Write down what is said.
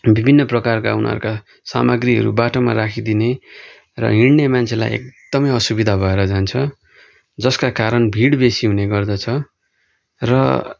विभिन्न प्रकारका उनीहरूका सामाग्रीहरू बाटोमा राखिदिने र हिँड्ने मान्छेलाई एकदमै असुविधा भएर जान्छ जसका कारण भिड बेसी हुने गर्दछ र